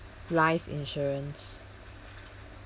life insurance